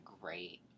great